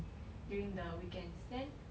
during the weekends then